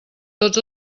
tots